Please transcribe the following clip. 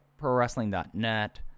ProWrestling.net